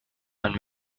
ein